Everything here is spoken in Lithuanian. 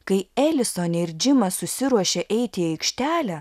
kai elisonė ir džimas susiruošė eiti į aikštelę